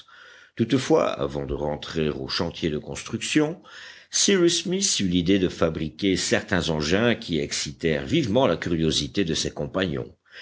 toutefois avant de rentrer au chantier de construction cyrus smith eut l'idée de fabriquer certains engins qui excitèrent vivement la curiosité de ses compagnons